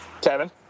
Kevin